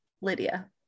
Lydia